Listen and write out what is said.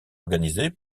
organisé